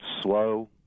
slow